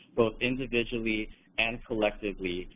both individually and collectively,